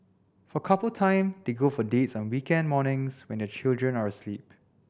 for couple time they go for dates on weekend mornings when their children are asleep